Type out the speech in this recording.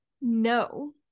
No